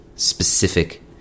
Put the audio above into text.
specific